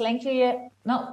lenkijoje na